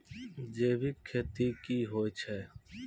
जैविक खेती की होय छै?